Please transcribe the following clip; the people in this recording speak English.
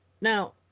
Now